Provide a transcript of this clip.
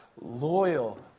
loyal